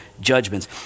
judgments